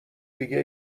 دیگه